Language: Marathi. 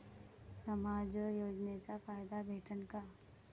समाज योजनेचा फायदा भेटन का?